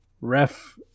ref